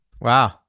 Wow